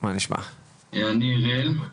אני אראל,